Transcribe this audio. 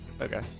Okay